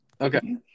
Okay